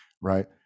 right